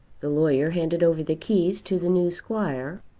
the lawyer handed over the keys to the new squire,